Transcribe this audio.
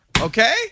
Okay